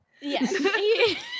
yes